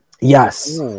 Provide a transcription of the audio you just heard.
Yes